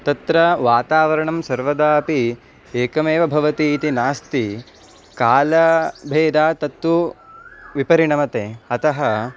तत्र वातावरणं सर्वदापि एकमेव भवति इति नास्ति कालभेदात् तत्तु विपरिणमते अतः